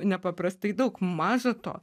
nepaprastai daug maža to